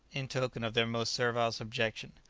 in token of their most servile subjection.